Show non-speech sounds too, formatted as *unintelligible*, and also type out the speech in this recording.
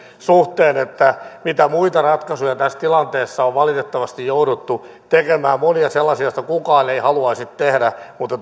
suhteen mitä muita ratkaisuja tässä tilanteessa on valitettavasti jouduttu tekemään monia sellaisia joita kukaan ei haluaisi tehdä mutta *unintelligible*